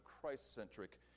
Christ-centric